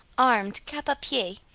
armed cap-a-pie,